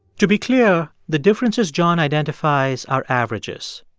to be clear, the differences john identifies are averages.